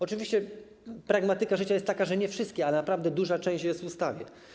Oczywiście pragmatyka życia jest taka, że nie wszystkie, ale naprawdę duża część jest w ustawie.